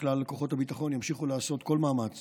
וכלל כוחות הביטחון ימשיכו לעשות כל מאמץ